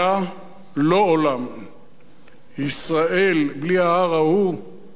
לא עולם./ ישראל בלי ההר ההוא, לא ישראל.